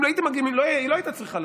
אם הייתם מגיעים, היא לא הייתה צריכה לבוא.